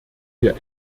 wir